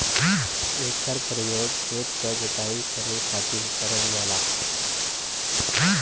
एकर परयोग खेत क जोताई करे खातिर करल जाला